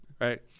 Right